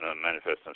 manifest